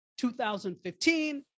2015